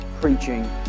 preaching